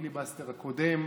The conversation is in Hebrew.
בפיליבסטר הקודם,